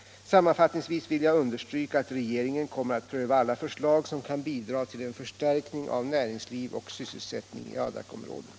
Sammanfattningsvis vill jag understryka att regeringen kommer att pröva alla förslag som kan bidra till en förstärkning av näringsliv och sysselsättning i Adakområdet.